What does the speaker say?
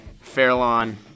Fairlawn